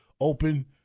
open